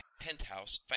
penthouse